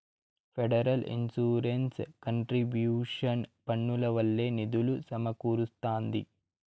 federal insurance contribution పన్నుల వల్లే నిధులు సమకూరస్తాంది